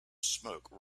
smoke